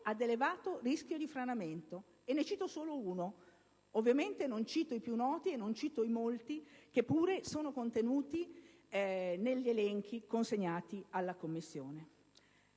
ad elevato rischio di franamento. Ne ho citato solo uno, ovviamente non cito i Comuni più noti e non cito i molti che pure sono contenuti negli elenchi consegnati alla Commissione.